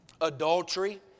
adultery